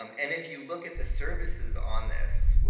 um and if you look at the services on this,